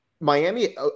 Miami –